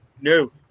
no